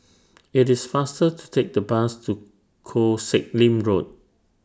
IT IS faster to Take The Bus to Koh Sek Lim Road